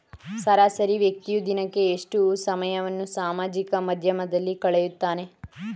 ಸರಾಸರಿ ವ್ಯಕ್ತಿಯು ದಿನಕ್ಕೆ ಎಷ್ಟು ಸಮಯವನ್ನು ಸಾಮಾಜಿಕ ಮಾಧ್ಯಮದಲ್ಲಿ ಕಳೆಯುತ್ತಾನೆ?